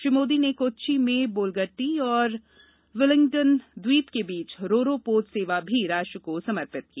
श्री मोदी ने कोच्चि में बोल्गट्टी और विलिंगडन ट्वीप के बीच रो रो पोत सेवा भी राष्ट्र को समर्पित की